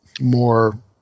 more